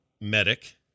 medic